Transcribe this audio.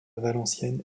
valenciennes